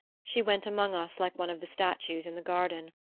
she went among us like one of the statues in the garden.